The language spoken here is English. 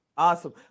Awesome